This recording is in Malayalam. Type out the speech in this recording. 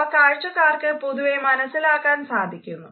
അവ കാഴ്ചക്കാർക്ക് പൊതുവെ മനസിലാക്കാൻ സാധിക്കുന്നു